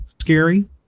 scary